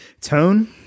Tone